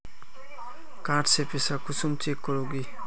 Card से पैसा कुंसम चेक करोगी?